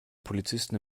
polizisten